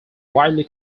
widely